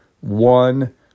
one